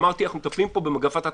אמרתי: אנחנו מטפלים פה במגפת התקש"ח,